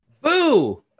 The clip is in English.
boo